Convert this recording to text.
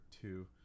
two